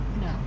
No